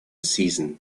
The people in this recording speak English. season